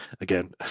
Again